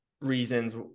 reasons